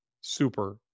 super